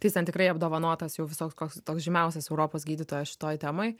tai jis ten tikrai apdovanotas jau visoks koks toks žymiausias europos gydytojas šitoj temoj